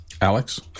Alex